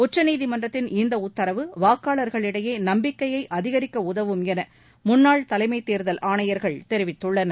உச்சநீதிமன்றத்தின் இந்த உத்தரவு வாக்காளர்களிடையே நம்பிக்கையை அதிகரிக்க உதவும் என முன்னாள் தலைமைத் தேர்தல் ஆணையர்கள் தெரிவித்துள்ளனர்